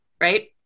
Right